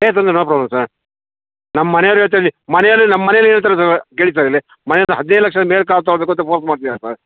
ಏನೂ ತೊಂದರೆ ಇಲ್ಲ ನೋ ಪ್ರಾಬ್ಲಮ್ ಸರ್ ನಮ್ಮ ಮನೇವ್ರ ಹೆಸ್ರಲ್ಲಿ ಮನೇಲ್ಲಿ ನಮ್ಮ ಮನೇಲ್ಲಿ ಹೇಳ್ತರೆ ಸರ್ ಕೇಳಿ ಸರ್ ಇಲ್ಲಿ ಮನೇಲ್ಲಿ ಹದಿನೈದು ಲಕ್ಷ ಮೇಲೆ ಕಾರ್ ತಗೊಬೇಕು ಅಂತ ಫೋರ್ಸ್ ಮಾಡ್ತಿದಾರೆ ಸರ್